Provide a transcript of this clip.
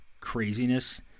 craziness